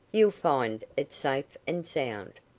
you'll find it safe and sound.